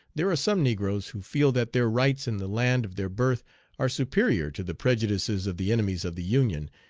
there are some negroes who feel that their rights in the land of their birth are superior to the prejudices of the enemies of the union,